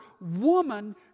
Woman